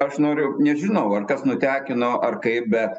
aš noriu nežinau ar kas nutekino ar kaip bet